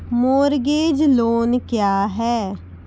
Mortgage loan क्या है?